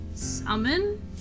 Summon